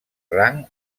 rang